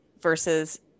versus